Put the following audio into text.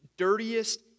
dirtiest